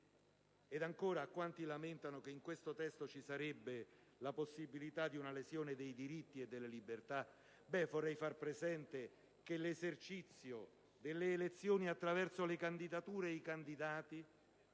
Ed ancora, a quanti lamentano che in questo testo ci sarebbe la possibilità di una lesione dei diritti e delle libertà, vorrei far presente che l'esercizio delle elezioni, attraverso le candidature e i candidati,